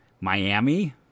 miami